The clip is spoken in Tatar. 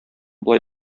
болай